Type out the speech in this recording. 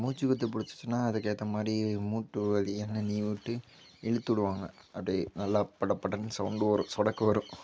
மூச்சுக்குத்து பிடிச்சிச்சின்னா அதுக்கு ஏத்த மாதிரி மூட்டு வலி எண்ணெய் நீவிவுட்டு இழுத்துவிடுவாங்க அப்படே நல்லா படப்படன்னு சவுண்ட் வரும் சொடக்கு வரும்